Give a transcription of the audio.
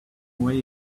way